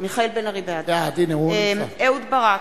אהוד ברק,